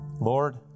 Lord